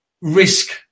risk